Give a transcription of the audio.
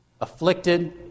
afflicted